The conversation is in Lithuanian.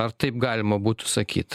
ar taip galima būtų sakyt